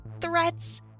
threats